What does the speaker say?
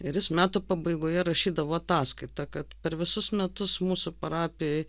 ir jis metų pabaigoje rašydavo ataskaitą kad per visus metus mūsų parapijoj